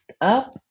up